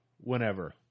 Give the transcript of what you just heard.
Whenever